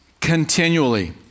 continually